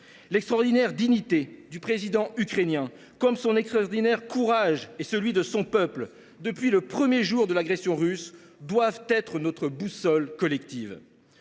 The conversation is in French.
L’extraordinaire dignité du président ukrainien, comme son extraordinaire courage, ainsi que celui de son peuple depuis le premier jour de l’agression russe, doit être notre boussole collective,